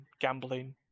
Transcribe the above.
gambling